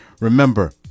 Remember